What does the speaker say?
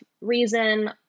reason